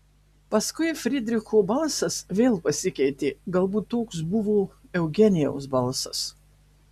paskui frydricho balsas vėl pasikeitė galbūt toks buvo eugenijaus balsas